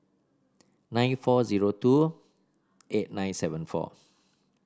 nine four zero two eight nine seven four